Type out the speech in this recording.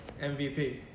MVP